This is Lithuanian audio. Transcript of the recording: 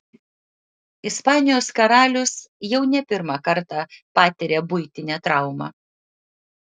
ispanijos karalius jau ne pirmą kartą patiria buitinę traumą